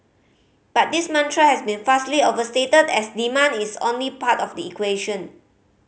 but this mantra has been vastly overstated as demand is only part of the equation